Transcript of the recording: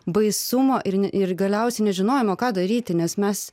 baisumo ir ir galiausiai nežinojimo ką daryti nes mes